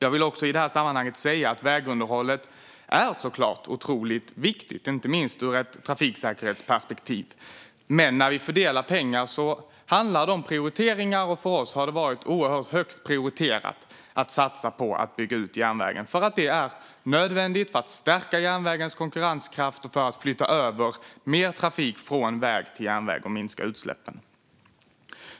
I detta sammanhang vill jag också säga att vägunderhållet självklart är otroligt viktigt, inte minst ur ett trafiksäkerhetsperspektiv. Men när vi fördelar pengar handlar det om prioriteringar, och för oss har det varit oerhört högt prioriterat att satsa på att bygga ut järnvägen. Det är nödvändigt för att stärka järnvägens konkurrenskraft och för att flytta över mer trafik från väg till järnväg och minska utsläppen.